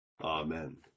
Amen